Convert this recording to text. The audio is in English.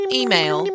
email